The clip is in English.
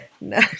no